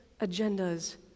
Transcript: agendas